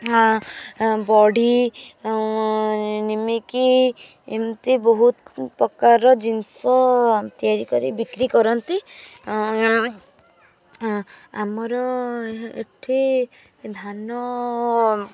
ବଢ଼ି ନିମିକି ଏମିତି ବହୁତ ପ୍ରକାର ଜିନିଷ ତିଆରି କରି ବିକ୍ରି କରନ୍ତି ଆମର ଏଇଠି ଧାନ